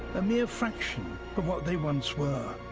a mere fraction of what they once were.